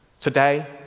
Today